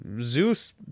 Zeus